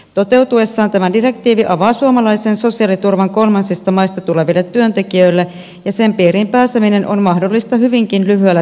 toteutuessaan tämä direktiivi avaa suomalaisen sosiaaliturvan kolmansista maista tuleville työntekijöille ja sen piiriin pääseminen on mahdollista hyvinkin lyhyellä työskentelyllä